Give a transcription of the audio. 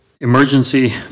emergency